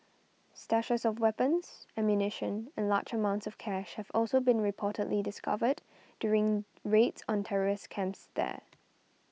stashes of weapons ammunition and large amounts of cash have also been reportedly discovered during raids on terrorist camps there